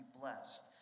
blessed